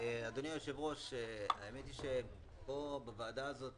אדוני היושב-ראש, בוועדה הזאת